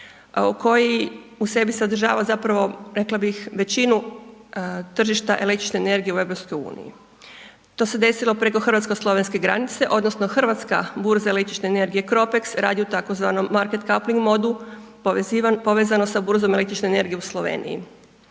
koji u sebi sadržava zapravo rekla bih većinu tržišta električne energije u EU. To se desilo preko Hrvatsko-slovenske granice odnosno hrvatska burza električne energije CROPEX radi u tzv. market coupling modu povezano sa burzom električne energije u Sloveniji.